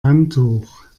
handtuch